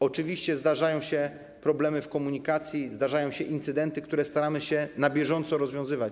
Oczywiście zdarzają się problemy z komunikacją, zdarzają się incydenty, które staramy się na bieżąco rozwiązywać.